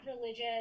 religious